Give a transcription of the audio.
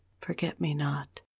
forget-me-not